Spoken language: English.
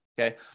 okay